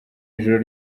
ijoro